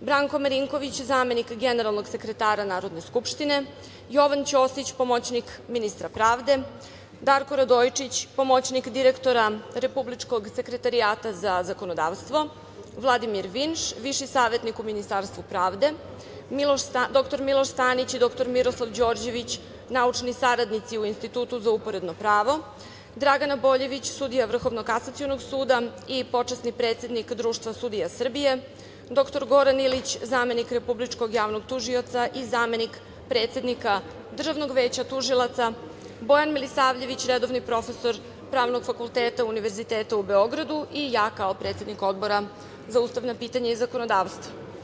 Branko Marinković, zamenik generalnog sekretara Narodne skupštine, Jovan Ćosić, pomoćnik ministra pravde, Darko Radojičić, pomoćnik direktora Republičkog sekretarijata za zakonodavstvo, Vladimir Vinš, viši savetnik u Ministarstvu pravde, dr Miloš Stanić i dr Miroslav Đorđević, naučni saradnici u Institutu za uporedno pravo, Dragana Boljević, sudija Vrhovnog kasacionog suda i počasni predsednik Društva sudija Srbije, dr Goran Ilić, zamenik republičkog javnog tužioca i zamenik predsednika Državnog veća tužilaca, Bojan Milisavljević, redovni profesor Pravnog fakulteta Univerziteta u Beogradu i ja kao predsednik Odbora za ustavna pitanja i zakonodavstvo.